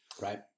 Right